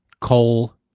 coal